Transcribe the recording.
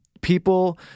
people